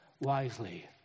wisely